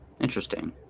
Interesting